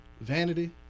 Vanity